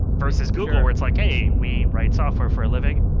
versus google, where it's like, hey, we write software for a living.